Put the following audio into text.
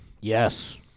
Yes